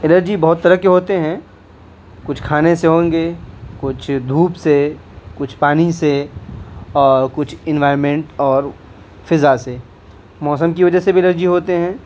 allergy بہت طرح کے ہوتے ہیں کچھ کھانے سے ہوں گے کچھ دھوپ سے کچھ پانی سے اور کچھ انوائرمنٹ اور فضا سے موسم کی وجہ سے بھی الرجی ہوتے ہیں